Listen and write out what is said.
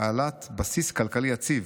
בעלת בסיס כלכלי יציב.